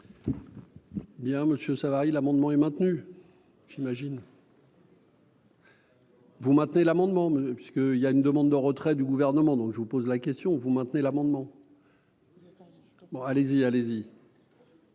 Bien Monsieur Savary, l'amendement est maintenu, j'imagine. Vous maintenez l'amendement parce que il y a une demande de retrait du gouvernement donc je vous pose la question, vous maintenez l'amendement. Bon, allez-y, allez-y.